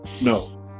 no